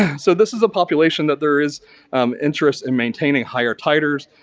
yeah so, this is a population that there is um interest in maintaining higher titers,